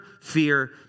fear